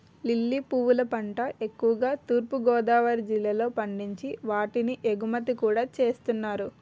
lily పువ్వుల పంట ఎక్కువుగా తూర్పు గోదావరి జిల్లాలో పండించి వాటిని ఎగుమతి కూడా చేస్తున్నారు